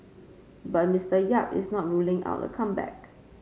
but Mister Yap is not ruling out a comeback